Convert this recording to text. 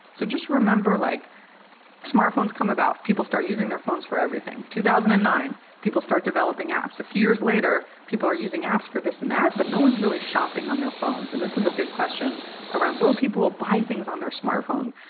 so just remember, like smartphones come about, people start using their phones for everything. two thousand and nine, people start developing apps a few years later. people are using apps for this and that, but no one's really shopping on their phones. and this is a big question around. will people buy things on their smartphone?